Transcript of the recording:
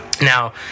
Now